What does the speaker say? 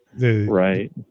Right